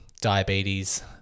diabetes